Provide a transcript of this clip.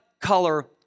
color